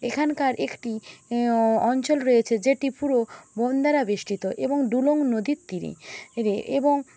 এখানকার একটি অঞ্চল রয়েছে যেটি পুরো বন দ্বারা বেষ্টিত এবং ডুলং নদীর তীরে এবং